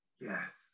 yes